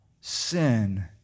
sin